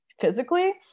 physically